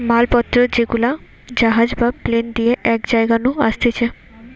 মাল পত্র যেগুলা জাহাজ বা প্লেন দিয়ে এক জায়গা নু আসতিছে